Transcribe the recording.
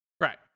Right